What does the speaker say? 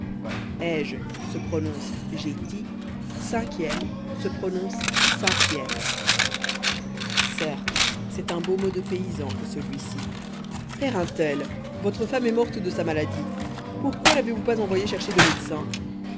certes c'est un beau mot de paysan que celui-ci père un tel votre femme est morte de sa maladie pourquoi n'avez-vous pas envoyé chercher de médecin